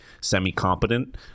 semi-competent